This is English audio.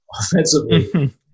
offensively